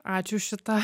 ačiū už šitą